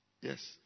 Yes